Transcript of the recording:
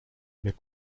mais